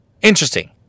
Interesting